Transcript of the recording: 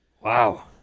Wow